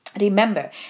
Remember